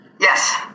Yes